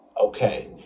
okay